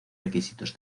requisitos